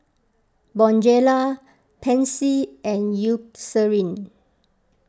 Bonjela Pansy and Eucerin